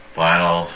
final